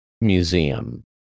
Museum